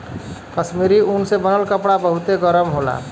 कश्मीरी ऊन से बनल कपड़ा बहुते गरम होला